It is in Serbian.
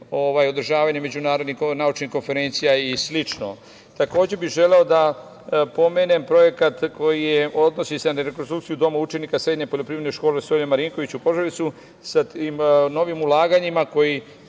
održavanje međunarodnih naučnih konferencija i slično. Takođe bih želeo da pomenem projekat koji se odnosi na rekonstrukciju doma učenika Srednje poljoprivredne škole „Sonja Marinković“ u Požarevcu. Sa tim novim ulaganjima koji